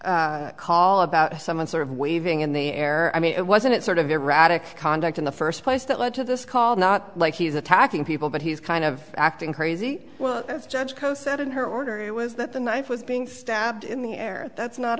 original call about someone sort of waving in the air i mean it wasn't sort of erratic conduct in the first place that led to this call not like he's attacking people but he's kind of acting crazy well as judge poe said in her order it was that the knife was being stabbed in the air that's not